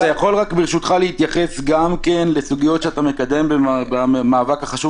אתה יכול ברשותך להתייחס גם לסוגיות שאתה מקדם במאבק החשוב